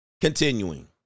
Continuing